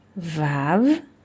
VAV